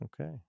Okay